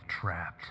trapped